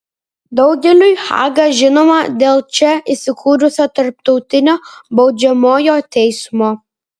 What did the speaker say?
daugeliui haga žinoma dėl čia įsikūrusio tarptautinio baudžiamojo teismo